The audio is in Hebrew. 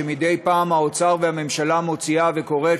שמדי פעם האוצר והממשלה מוציאה וקוראת